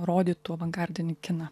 rodytų avangardinį kiną